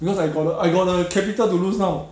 because I got the I got the capital to lose now